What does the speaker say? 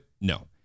No